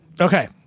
Okay